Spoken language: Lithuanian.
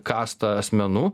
kasta asmenų